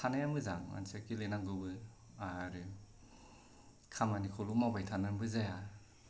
थानाया मोजां मानसिया गेलेनांगौबो आरो खामानिखौल' मावबाय थानानैबो जाया